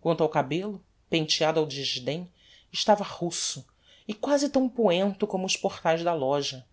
quanto ao cabello penteado ao desdem estava ruço e quasi tão poento como os portaes do loja